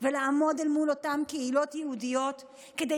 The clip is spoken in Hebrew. ולעמוד אל מול אותן קהילות יהודיות כדי